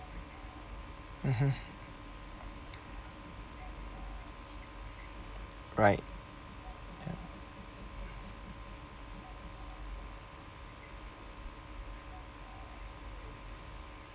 mmhmm right ya